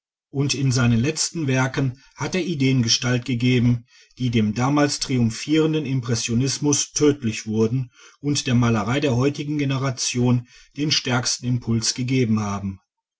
und in seinen letzten werken hat er ideen gestalt gegeben die dem damals triumphierenden impressionismus tödlich wurden und der malerei der heutigen generation den stärksten impuls gegeben haben